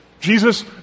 Jesus